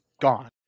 gone